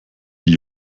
die